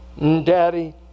Daddy